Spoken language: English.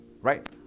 right